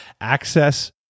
access